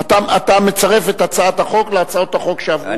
אתה מצרף את הצעת החוק להצעות החוק שעברו פה.